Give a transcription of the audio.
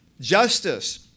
justice